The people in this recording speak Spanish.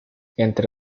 entre